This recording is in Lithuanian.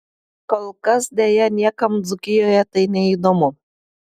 kol kas deja niekam dzūkijoje tai neįdomu